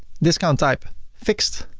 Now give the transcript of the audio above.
discount type fixed.